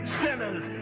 sinners